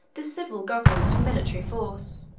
the civil government and military force,